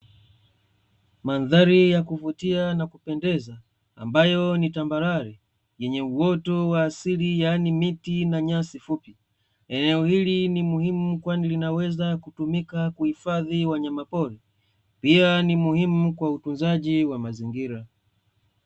Mandhari ya kuvutia na kupendeza ambayo ni tambarare, yenye uoto wa asili yaani miti na nyasi fupi. Eneo hili ni muhimu kwani linaweza kutumika kuhifadhi wanyamapori, pia ni muhimu kwa utunzaji wa mazingira.